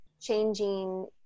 changing